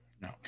No